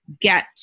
get